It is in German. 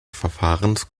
verfahrens